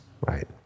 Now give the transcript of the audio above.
right